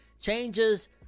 changes